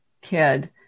kid